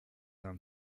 and